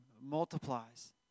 multiplies